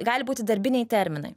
gali būti darbiniai terminai